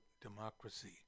democracy